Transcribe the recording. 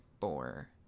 four